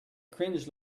cringe